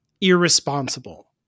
irresponsible